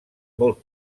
molt